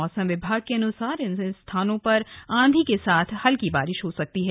मौसम विभाग के अनुसार इन स्थानों पर आंधी के साथ ही हल्की बारिश हो सकती है